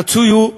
הרצוי הוא,